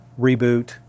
reboot